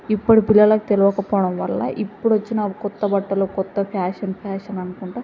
ఇప్పుడు పిల్లలకు తెలియకపోవడం వల్ల ఇప్పుడు వచ్చిన క్రొత్త బట్టలు క్రొత్త ఫ్యాషన్ ఫ్యాషన్ అనుకుంటాను